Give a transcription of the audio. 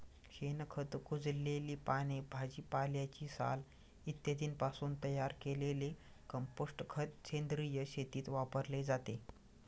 शेणखत, कुजलेली पाने, भाजीपाल्याची साल इत्यादींपासून तयार केलेले कंपोस्ट खत सेंद्रिय शेतीत वापरले जाते